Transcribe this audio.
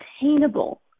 attainable